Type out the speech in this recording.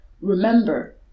remember